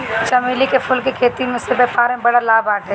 चमेली के फूल के खेती से व्यापार में बड़ा लाभ बाटे